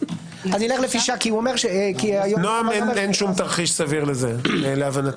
נועם אין שום תרחיש סביר לזה להבנתי.